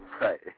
Right